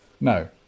No